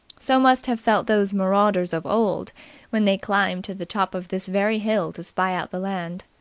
so must have felt those marauders of old when they climbed to the top of this very hill to spy out the land.